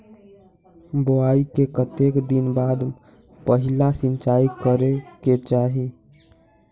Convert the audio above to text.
बोआई के कतेक दिन बाद पहिला सिंचाई करे के चाही?